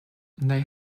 they